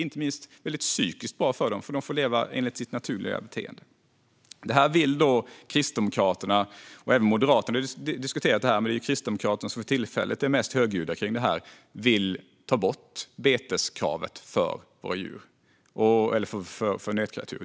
Inte minst är det psykiskt bra för dem att de får leva enligt sitt naturliga beteende. Kristdemokraterna är för tillfället mest högljudda, men även Moderaterna vill ta bort beteskravet för nötkreatur.